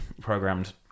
programmed